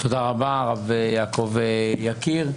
תודה רבה, הרב יעקב יקיר.